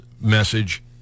message